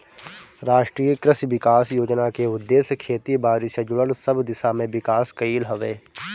राष्ट्रीय कृषि विकास योजना के उद्देश्य खेती बारी से जुड़ल सब दिशा में विकास कईल हवे